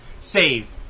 saved